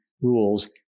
rules